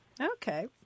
Okay